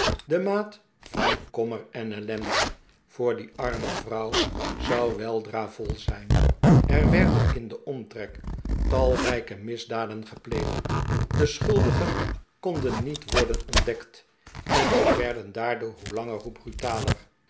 de maat van kommer en ellende voor die arme vrouw zou weldra vol zijn er werden in den omtrek talrijke misdaden gepleegd de schuldigen konden niet worden ontdekt en zij werden daardoor hoe langer hoe brutaler